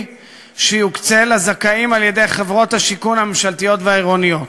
שיוקצה לזכאים על-ידי חברות השיכון הממשלתיות והעירוניות.